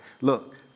look